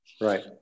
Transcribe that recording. Right